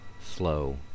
Slow